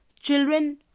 children